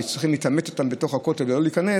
ושצריכים להתעמת איתם בתוך הכותל לא להיכנס,